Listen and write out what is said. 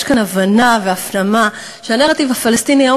יש כאן הבנה והפנמה שהנרטיב הפלסטיני היום